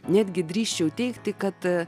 netgi drįsčiau teigti kad